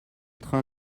train